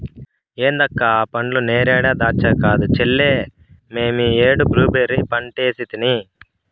ఏంది అక్క ఆ పండ్లు నేరేడా దాచ్చా కాదు చెల్లే మేమీ ఏడు బ్లూబెర్రీ పంటేసితిని